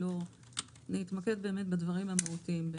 נתמקד באמת בדברים המהותיים.